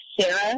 Sarah